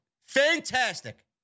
Fantastic